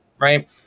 right